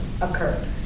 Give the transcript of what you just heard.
occurred